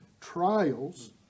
trials